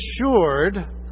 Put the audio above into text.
assured